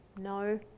No